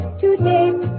today